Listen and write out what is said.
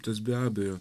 tas be abejo